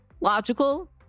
logical